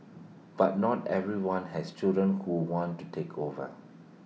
but not everyone has children who want to take over